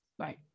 right